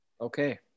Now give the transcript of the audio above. Okay